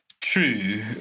true